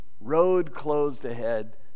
road-closed-ahead